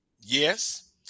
Yes